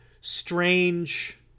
strange